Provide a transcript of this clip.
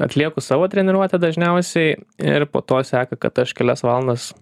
atlieku savo treniruotę dažniausiai ir po to seka kad aš kelias valandas